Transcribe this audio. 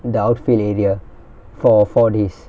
the outfit area for four days